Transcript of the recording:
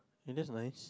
you just nice